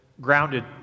grounded